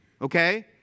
Okay